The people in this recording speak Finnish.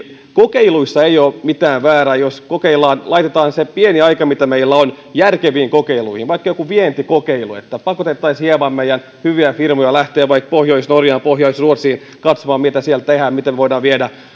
kokeiluissa ei ole mitään väärää jos laitetaan se pieni aika mitä meillä on järkeviin kokeiluihin vaikka johonkin vientikokeiluun niin että pakotettaisiin hieman meidän hyviä firmojamme lähtemään vaikka pohjois norjaan pohjois ruotsiin katsomaan mitä siellä tehdään miten voidaan viedä